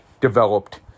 developed